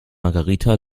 margarita